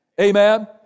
Amen